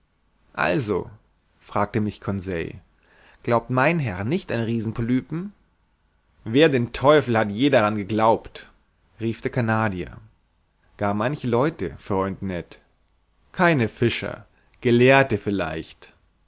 also fragte mich conseil glaubt mein herr nicht an die riesenpolypen wer den teufel hat je daran geglaubt rief der canadier gar manche leute freund ned keine fischer gelehrte vielleicht